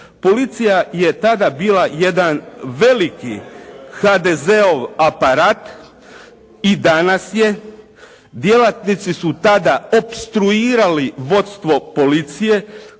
Policija je tada bila jedan veliki HDZ-ov aparat i danas je. Djelatnici su tada opstruirali vodstvo policije